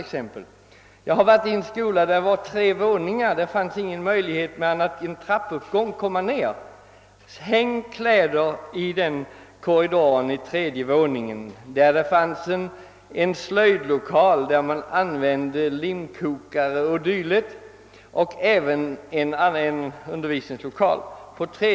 Jag besökte nyligen en skola som består av tre våningar. I denna skolbyggnad fanns ingen annan möjlighet än via en trappuppgång att komma ner till bottenvåningen från tredje våningen, som innehöll både en slöjdlokal, där man använde limkokare o.d., och en undervisningslokal.